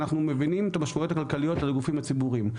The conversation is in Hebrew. אנחנו מבינים את המשמעויות הכלכליות על הגופים הציבוריים,